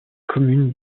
communes